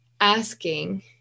asking